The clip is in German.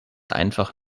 einfach